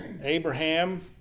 Abraham